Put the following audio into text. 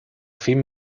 fin